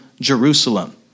Jerusalem